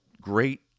great